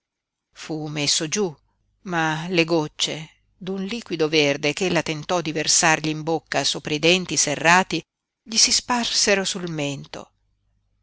fu messo giú ma le gocce d'un liquido verde ch'ella tentò di versargli in bocca sopra i denti serrati gli si sparsero sul mento